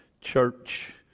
church